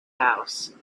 house